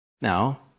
Now